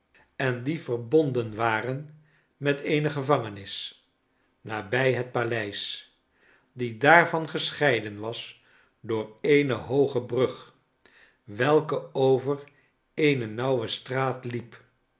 en die verbonden waren met eene gevangenis nabij het paleis die daarvan gescheiden was door eene hooge brug welke over eene nauwe straat liep